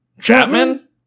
Chapman